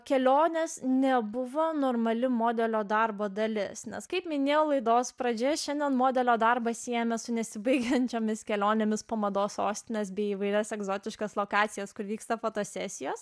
keliones nebuvo normali modelio darbo dalis nes kaip minėjau laidos pradžioje šiandien modelio darbą siejame su nesibaigiančiomis kelionėmis po mados sostines bei įvairias egzotiškas lokacijos kur vyksta fotosesijos